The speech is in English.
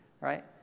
right